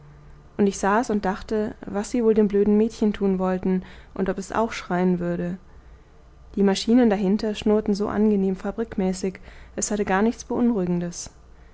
und ich saß und dachte was sie wohl dem blöden mädchen tun wollten und ob es auch schreien würde die maschinen dahinten schnurrten so angenehm fabrikmäßig es hatte gar nichts beunruhigendes